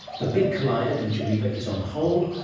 the big collider in geneva is on hold,